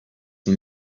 این